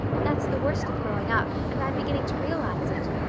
that's the worst of growing up, and i'm beginning to realize it.